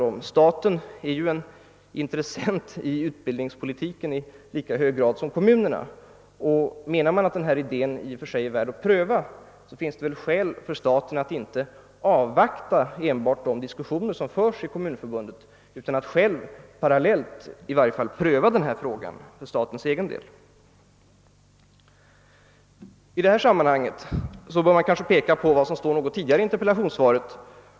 Men staten är ju en intressent i utbildningspolitiken i lika hög grad som kommunerna. Menar man att denna idé i och för sig är värd att pröva, finns det väl skäl för staten att inte enbart avvakta de diskussioner som förs i Kommunförbundet utan, parallellt i varje fall, själv pröva denna fråga för sin egen del. I detta sammanhang bör man kanske peka på vad som sades något tidigare i interpellationssvaret.